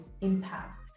impact